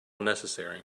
necessary